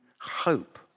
hope